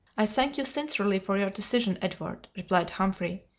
i thank you sincerely for your decision, edward, replied humphrey.